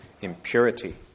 impurity